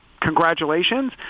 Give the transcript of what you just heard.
congratulations